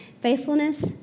faithfulness